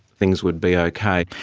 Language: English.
things would be okay'.